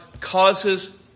causes